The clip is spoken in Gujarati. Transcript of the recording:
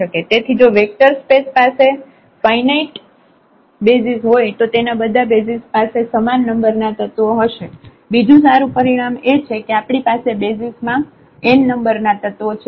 તેથી જો વેક્ટર સ્પેસ પાસે ફાઇનાઇટ બેસિઝ હોય તો તેના બધા બેસિઝ પાસે સમાન નંબરના તત્વો હશે બીજું સારું પરિણામ એ છે કે આપણી પાસે બેસિઝ માં n નંબરના તત્વો છે